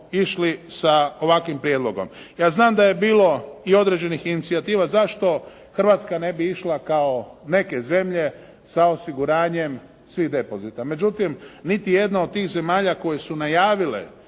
išli sa ovakvim prijedlogom. Ja znam da je bilo i određenih inicijativa zašto Hrvatska ne bi išla kao neke zemlje sa osiguranjem svih depozita. Međutim, niti jedna od tih zemalja koje su najavile